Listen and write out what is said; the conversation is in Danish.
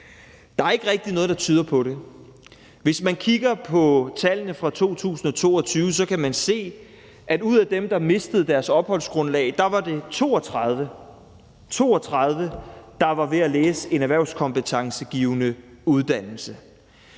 Der ikke rigtig noget, der tyder på det. Hvis man kigger på tallene fra 2022, kan man se, at ud af dem, der mistede deres opholdsgrundlag, var det 32 – 32 – der var ved at tage en erhvervskompetencegivende uddannelse.